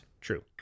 True